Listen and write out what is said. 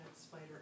spider